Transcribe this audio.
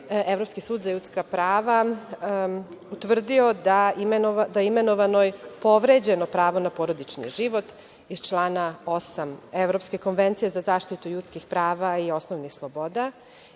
Evropski sud za ljudska prava utvrdio da je imenovanoj povređeno pravo na porodični život, iz člana 8. Evropske konvencije za zaštitu ljudskih prava i osnovnih sloboda.